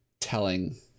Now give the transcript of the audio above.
telling